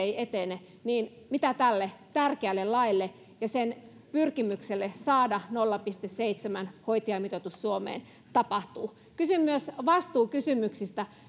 ei etene niin mitä tälle tärkeälle laille ja sen pyrkimykselle saada nolla pilkku seitsemän hoitajamitoitus suomeen tapahtuu kysyn myös vastuukysymyksistä